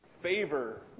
favor